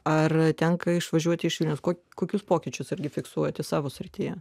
ar tenka išvažiuoti iš vilniaus ko kokius pokyčius irgi fiksuojate savo srityje